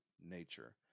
nature